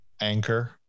Anchor